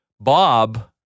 Bob